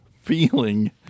feeling